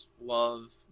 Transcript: love